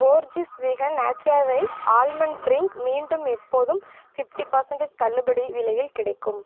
Borges vegan Natura rice almond drink மீண்டும் எப்போது fifty percentage தள்ளுபடி விலையில் கிடைக்கும்